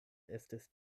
estis